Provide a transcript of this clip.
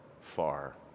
far